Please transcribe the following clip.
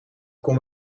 kon